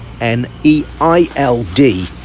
N-E-I-L-D